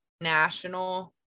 national